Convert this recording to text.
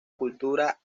cultura